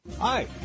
Hi